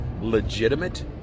legitimate